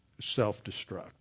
self-destruct